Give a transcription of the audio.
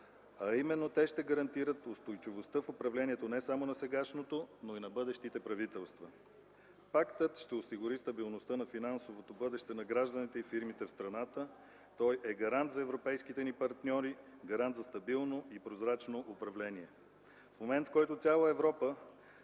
Именно те ще гарантират устойчивостта в управлението не само на сегашното, но и на бъдещите правителства. Пактът ще осигури стабилността на финансовото бъдеще на гражданите и фирмите в страната. Той е гарант за европейските ни партньори, гарант за стабилно и прозрачно управление. В момент, в който в цяла Европа